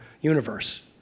universe